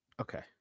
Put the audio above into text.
Okay